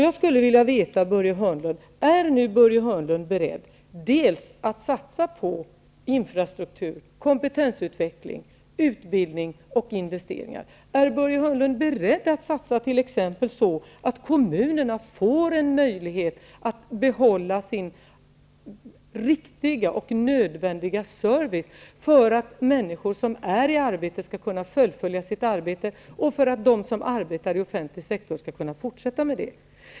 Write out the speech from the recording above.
Jag skulle vilja veta av Börje Hörnlund om han är beredd att satsa på infrastruktur, kompetensutveckling, utbildning och investeringar. Är Börje Hörnlund beredd att satsa t.ex. så, att kommunerna får en möjlighet att behålla sin riktiga och nödvändiga service för att människor som är i arbete skall kunna fullfölja sitt arbete och för att de som arbetar i offentlig sektor skall kunna fortsätta med det?